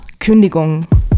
Kündigung